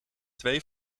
twee